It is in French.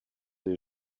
des